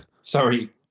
sorry